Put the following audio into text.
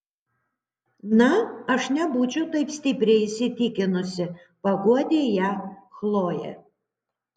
na aš nebūčiau taip stipriai įsitikinusi paguodė ją chlojė